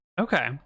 okay